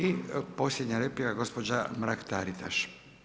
I posljednja replika gospođa Mrak-Taritaš.